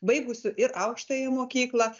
baigusių ir aukštąją mokyklą